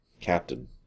Captain